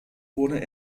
wurde